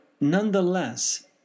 nonetheless